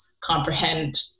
comprehend